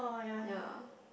ye